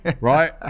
right